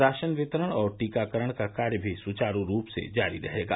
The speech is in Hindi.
राशन वितरण और टीकाकरण का कार्य भी सुचारू रूप से जारी रहेगा